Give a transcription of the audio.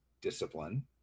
discipline